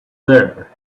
there